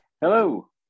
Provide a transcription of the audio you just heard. Hello